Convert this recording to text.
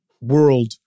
world